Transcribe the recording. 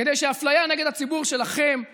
כדי שהאפליה נגד הציבור שלכם תיפסק.